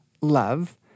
love